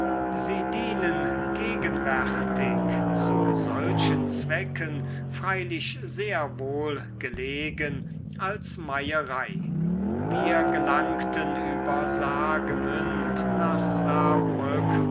sie dienen gegenwärtig zu solchen zwecken freilich sehr wohl gelegen als meierei wir gelangten über saargemünd nach saarbrück